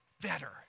better